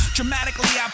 Dramatically